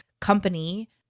company